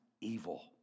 evil